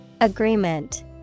Agreement